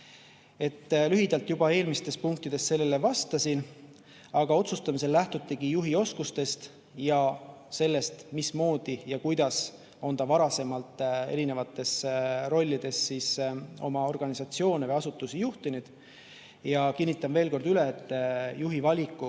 Lühidalt juba eelmistes punktides sellele vastasin. Aga otsustamisel lähtutigi juhioskustest ja sellest, mismoodi ja kuidas on ta varasemalt erinevates rollides oma organisatsioone või asutusi juhtinud. Ja kinnitan veel kord üle, et juhi valiku